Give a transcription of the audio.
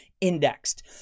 indexed